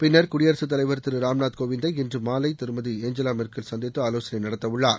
பின்னர் குடியரசுத் தலைவர் திரு ராம்நாத் கோவிந்தை இன்று மாலை திருமதி ஏஞ்சிலா மெர்கலை சந்தித்து ஆலோசனை நடத்தவுள்ளார்